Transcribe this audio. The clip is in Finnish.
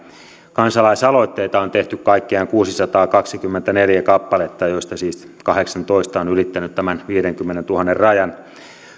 kansalaisaloitteita on tehty kaikkiaan kuusisataakaksikymmentäneljä kappaletta joista siis kahdeksantoista on ylittänyt tämän viidenkymmenentuhannen rajan